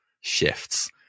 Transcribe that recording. shifts